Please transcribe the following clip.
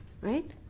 right